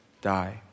die